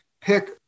pick